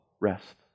rest